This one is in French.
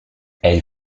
elle